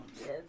Yes